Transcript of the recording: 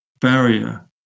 barrier